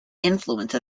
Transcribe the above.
influence